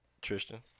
Tristan